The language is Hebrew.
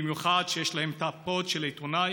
במיוחד כשיש להם תג של עיתונאי,